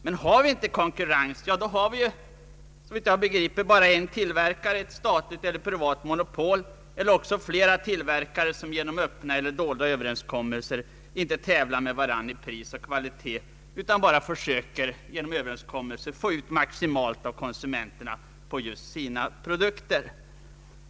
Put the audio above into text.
Men har vi inte konkurrens, har vi såvitt jag begriper bara en tillverkare — ett statligt eller privat monopol — eller också flera tillverkare som genom Öppna eller dolda överenskommelser inte tävlar med varandra i pris och kvalitet utan bara försöker få ut maximalt av konsumenterna för just sina produkter.